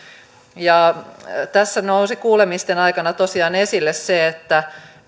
tässä nousi kuulemisten aikana tosiaan esille se että